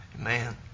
Amen